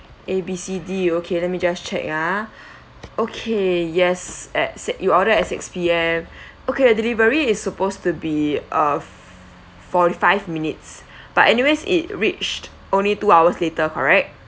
A B C D okay let me just check ah okay yes at six you order at six P_M okay uh delivery is supposed to be uh forty five minutes but anyways it reached only two hours later correct